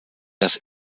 das